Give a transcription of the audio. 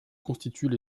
constituent